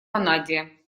ванадия